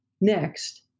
next